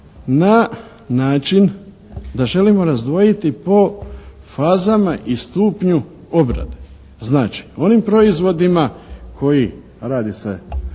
na način da želimo razdvojiti po fazama i stupnju obrade. Znači, onim proizvodima koji radi se